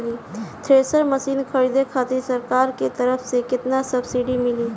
Thresher machine खरीदे खातिर सरकार के तरफ से केतना सब्सीडी मिली?